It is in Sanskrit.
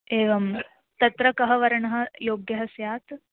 एवं तत्र कः वर्णः योग्यः स्यात्